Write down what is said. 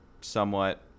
somewhat